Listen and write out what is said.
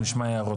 עכשיו נשמע הערות.